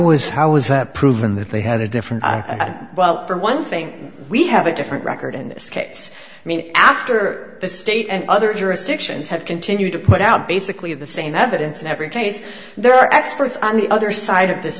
was how was that proven that they had a different well for one thing we have a different record in this case i mean after the state and other jurisdictions have continued to put out basically the same evidence in every case there are experts on the other side of this